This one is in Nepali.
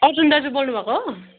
अर्जुन दाजु बोल्नुभएको हो